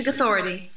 authority